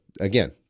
Again